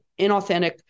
Inauthentic